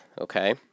okay